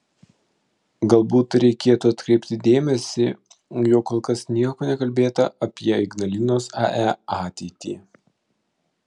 galbūt reikėtų atkreipti dėmesį jog kol kas nieko nekalbėta apie ignalinos ae ateitį